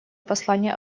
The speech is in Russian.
послание